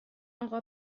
آقا